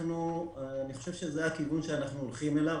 זה הכיוון שאנחנו הולכים אליו,